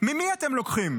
ממי אתם לוקחים?